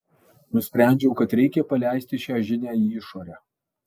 nusprendžiau kad reikia paleisti šią žinią į išorę